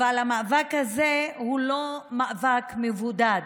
אבל המאבק הזה הוא לא מאבק מבודד,